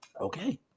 Okay